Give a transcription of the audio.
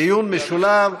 דיון משולב.